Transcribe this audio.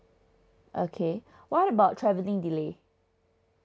okay what about travelling delay